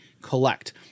collect